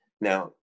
now